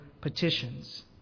petitions